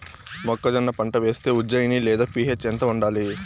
మొక్కజొన్న పంట వేస్తే ఉజ్జయని లేదా పి.హెచ్ ఎంత ఉండాలి?